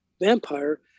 vampire